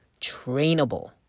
trainable